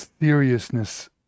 seriousness